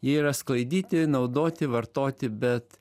yra sklaidyti naudoti vartoti bet